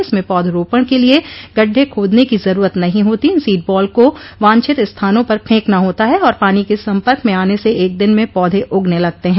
इसमें पौधारोपण के लिए गड्ढे खोदने की जरूरत नहीं होती इन सीड बॉल को वांछित स्थानों पर फेंकना होता है और पानी के संपर्क में आने से एक दिन में पौधे उगने लगते हैं